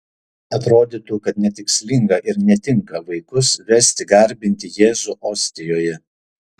atrodytų kad netikslinga ir netinka vaikus vesti garbinti jėzų ostijoje